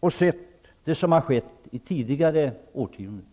och veta vad som har skett under tidigare årtionden.